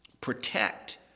protect